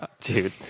dude